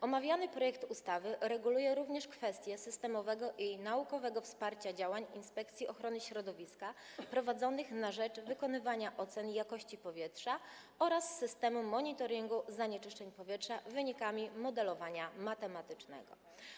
Omawiany projekt ustawy reguluje również kwestie systemowego i naukowego wsparcia działań Inspekcji Ochrony Środowiska prowadzonych na rzecz wykonywania ocen jakości powietrza oraz systemu monitoringu zanieczyszczeń powietrza wynikami modelowania matematycznego.